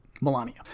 Melania